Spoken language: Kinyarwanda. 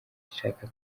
ishaka